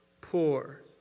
poor